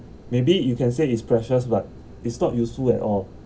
maybe you can say it's precious but it's not useful at all